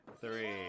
Three